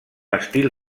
estil